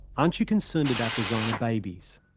aren't you concerned about designer babies?